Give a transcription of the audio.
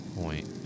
point